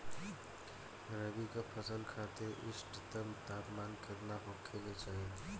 रबी क फसल खातिर इष्टतम तापमान केतना होखे के चाही?